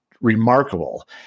remarkable